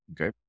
Okay